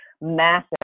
massive